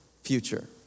future